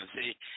See